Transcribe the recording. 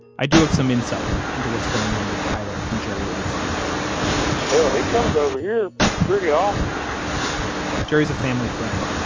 i do have some insight into what's going on with tyler and jerry lightsey hell, he comes over here pretty often jerry's a family friend.